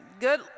Good